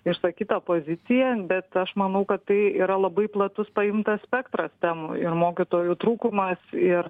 išsakytą poziciją bet aš manau kad tai yra labai platus paimtas spektras temų ir mokytojų trūkumas ir